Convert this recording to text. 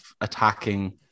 attacking